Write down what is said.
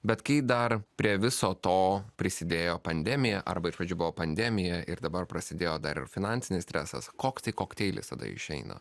bet kai dar prie viso to prisidėjo pandemija arba iš pradžių buvo pandemija ir dabar prasidėjo dar ir finansinis stresas koks kokteilis tada išeina